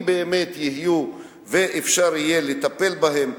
אם אפשר יהיה לטפל בהם,